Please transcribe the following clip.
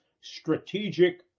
strategic